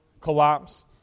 collapse